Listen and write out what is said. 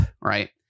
Right